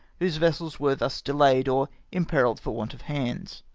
whose vessels were thus delayed or imperilled for want of hands.